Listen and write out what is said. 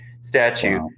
statue